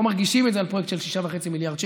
לא מרגישים את זה על פרויקט של 6.5 מיליארד שקל.